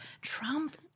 Trump